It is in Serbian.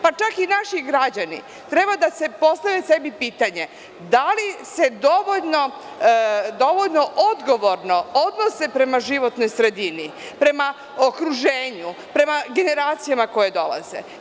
Pa čak i naši građani treba da postave sebi pitanje - da li se dovoljno odgovorno odnose prema životnoj sredini, prema okruženju, prema generacijama koje dolaze?